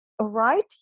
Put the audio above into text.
right